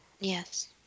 Yes